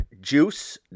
juice